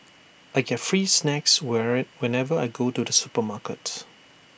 I get free snacks whenever I go to the supermarket